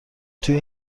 توی